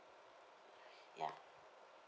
ya